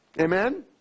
Amen